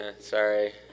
Sorry